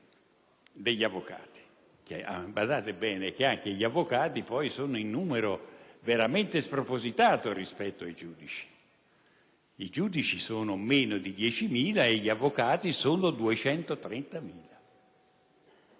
degli avvocati. Badate bene, anche gli avvocati sono in numero veramente spropositato rispetto ai giudici; i giudici sono meno di 10.000, gli avvocati sono 230.000.